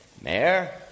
Mayor